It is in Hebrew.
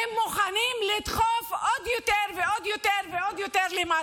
הן מוכנות לדחוף עוד יותר ועוד יותר למטה.